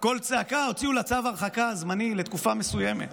קול צעקה הוצא לה צו הרחקה זמני לתקופה מסוימת.